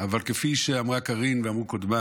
אבל כפי שאמרה קארין ואמרו קודמיי,